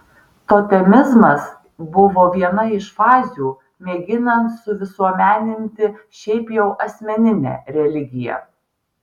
totemizmas buvo viena iš fazių mėginant suvisuomeninti šiaip jau asmeninę religiją